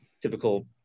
typical